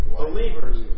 believers